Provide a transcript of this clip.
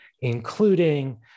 including